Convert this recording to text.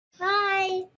Hi